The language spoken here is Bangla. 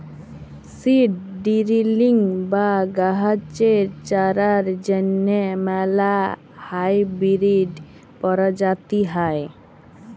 সিড ডিরিলিং বা গাহাচের চারার জ্যনহে ম্যালা হাইবিরিড পরজাতি হ্যয়